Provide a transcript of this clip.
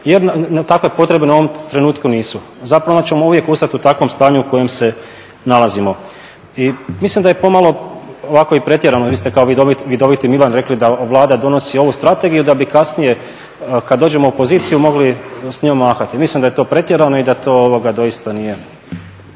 nam takve potrebe u ovom trenutku nisu. zapravo onda ćemo uvijek ostati u takvom stanju u kojem se nalazimo. I mislim da je pomalo ovako i pretjerano vi ste kao vidoviti Milan rekli da Vlada donosi ovu strategiju da bi kasnije kada dođemo u poziciju mogli s njom mahati. Mislim da je to pretjerano i da to doista nije